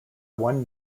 one